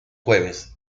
jueves